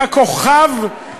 אתה כוכב,